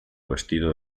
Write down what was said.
vestido